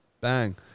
Bang